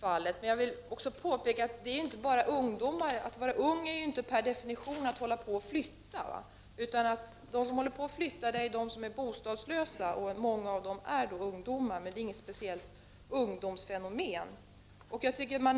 Men jag vill påpeka att det inte bara gäller ungdomar. Att vara ung är ju inte per definition att hålla på att flytta. De som flyttar är ju bostadslösa, och många av dessa är ungdomar. Men det är inte fråga om något speciellt ungdomsfenomen.